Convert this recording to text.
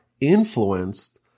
influenced